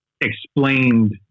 explained